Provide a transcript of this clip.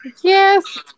yes